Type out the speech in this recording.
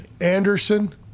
Anderson